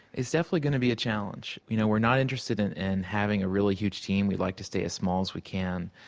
it's definitely going to be a challenge. you know, we're not interested in and having a really huge team we'd like to stay as small as we can.